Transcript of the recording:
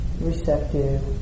receptive